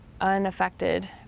unaffected